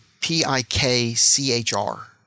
P-I-K-C-H-R